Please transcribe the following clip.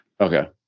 Okay